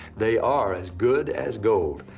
they are as good as gold.